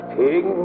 king